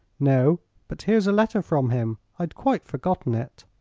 no but here's a letter from him. i'd quite forgotten it.